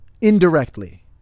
indirectly